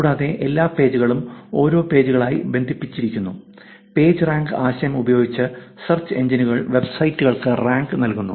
കൂടാതെ എല്ലാ പേജുകളും ഓരോ പേജുകളുമായി ബന്ധിപ്പിച്ചിരിക്കുന്ന പേജ് റാങ്ക് ആശയം ഉപയോഗിച്ച് സെർച്ച് എഞ്ചിനുകൾ വെബ്സൈറ്റുകൾക്ക് റാങ്ക് നൽകുന്നു